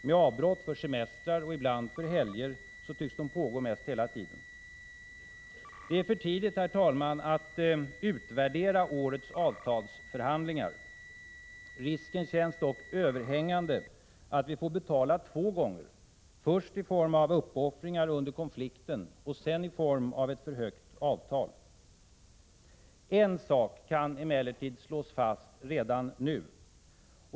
Med avbrott för semestrar och ibland för helger tycks de pågå mest hela tiden. Det är för tidigt, herr talman, att utvärdera årets avtalsförhandlingar. Risken känns dock överhängande att vi får betala två gånger — först i form av uppoffringar under konflikten och sedan i form av ett för högt avtal. En sak kan emellertid slås fast redan nu.